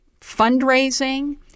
fundraising